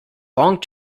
long